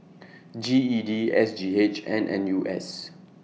G E D S G H and N U S